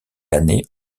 années